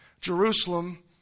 Jerusalem